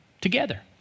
together